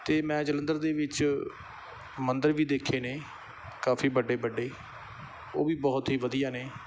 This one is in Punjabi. ਅਤੇ ਮੈਂ ਜਲੰਧਰ ਦੇ ਵਿੱਚ ਮੰਦਿਰ ਵੀ ਦੇਖੇ ਨੇ ਕਾਫ਼ੀ ਵੱਡੇ ਵੱਡੇ ਉਹ ਵੀ ਬਹੁਤ ਹੀ ਵਧੀਆ ਨੇ